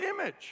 image